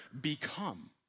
become